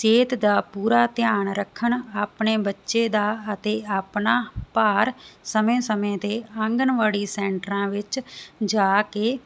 ਸਿਹਤ ਦਾ ਪੂਰਾ ਧਿਆਨ ਰੱਖਣ ਆਪਣੇ ਬੱਚੇ ਦਾ ਅਤੇ ਆਪਣਾ ਭਾਰ ਸਮੇਂ ਸਮੇਂ ਤੇ ਆਂਗਨਵਾੜੀ ਸੈਂਟਰਾਂ ਵਿੱਚ ਜਾ ਕੇ